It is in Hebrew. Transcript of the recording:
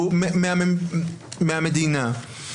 מהמדינה.